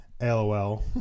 LOL